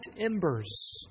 embers